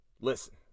listen